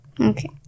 Okay